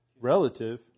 relative